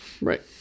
Right